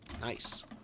Nice